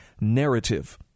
narrative